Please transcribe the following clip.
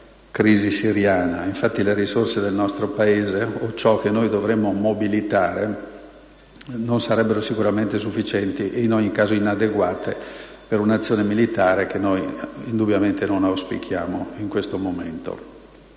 crisi siriana. Infatti, le risorse del nostro Paese, ciò che noi dovremmo mobilitare, non sarebbero comunque sufficienti, e sono in ogni caso inadeguate, per un'azione militare, che noi indubbiamente non auspichiamo in questo momento.